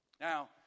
Now